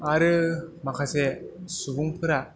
आरो माखासे सुबुंफोरा